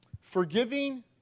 forgiving